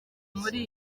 muri